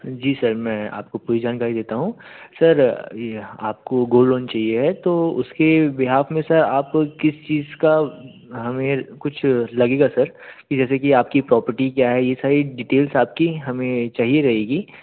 जिस सर मैं आपको पूरी जानकारी देता हूँ सर यह आपको गोल्ड लोन चाहिए है तो उसके बीहाफ़ में सर आप किस चीज़ का हमें कुछ लगेगा सर कि जैसे कि आप की प्रॉपर्टी क्या है यह सारी डिटेल्स आपकी हमें चाहिए रहेगी